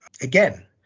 again